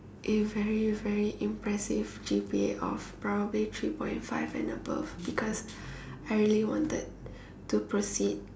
a very very impressive G_P_A of probably three point five and above because I really wanted to proceed